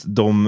de